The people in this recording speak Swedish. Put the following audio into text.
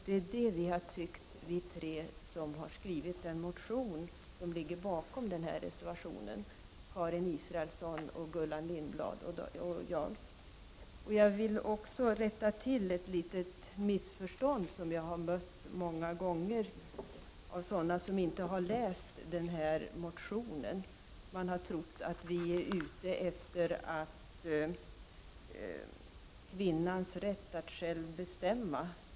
Det tycker vi tre ledamöter som har skrivit den motion på vilka reservationen baseras, nämligen Karin Israelsson, Gullan Lindblad och jag själv. Låt mig rätta till ett litet missförstånd som jag har mött många gånger av människor som inte läst vår motion. Man har trott att vi ute efter att ta bort kvinnans rätt att själv bestämma.